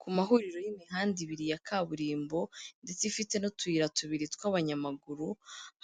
Ku mahuriro y'imihanda ibiri ya kaburimbo ndetse ifite n'utuyira tubiri tw'abanyamaguru,